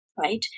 Right